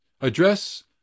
Address